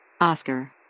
Oscar